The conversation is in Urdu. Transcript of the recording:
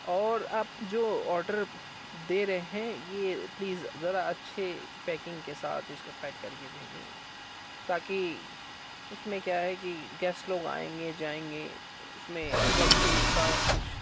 اور آپ جو آڈر دے رہے ہے یہ پلیز ذرا اچھے پیکنگ کے ساتھ اس کو پیک کر کے بھیجیں تاکہ اس میں کیا ہے کہ گیسٹ لوگ آئیں گے جائیں گے اس میں وقتی کا کچھ